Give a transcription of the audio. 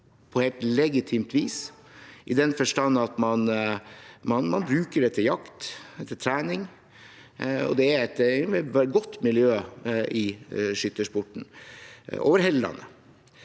på helt legitimt vis, i den forstand at man bruker det til jakt og til trening, og det er et godt miljø i skytesporten over hele landet.